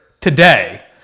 today